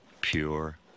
Pure